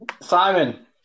Simon